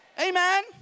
Amen